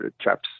chaps